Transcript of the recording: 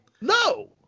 No